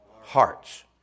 Hearts